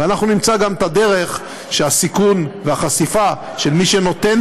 ואנחנו נמצא גם את הדרך שהסיכון והחשיפה של מי שנותן